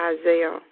Isaiah